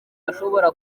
ashobora